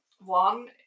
One